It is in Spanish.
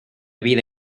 vida